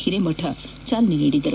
ಹಿರೇಮಠ ಚಾಲನೆ ನೀಡಿದರು